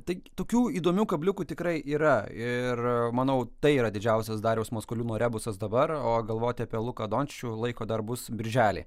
tai tokių įdomių kabliukų tikrai yra ir manau tai yra didžiausias dariaus maskoliūno rebusas dabar o galvoti apie luką dočičių laiko darbus birželį